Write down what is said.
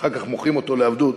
אחר כך מוכרים אותו לעבדות,